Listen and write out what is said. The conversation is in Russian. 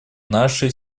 нашей